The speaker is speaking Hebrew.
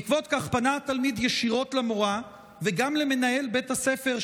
בעקבות זאת פנה התלמיד ישירות למורה וגם למנהל בית הספר,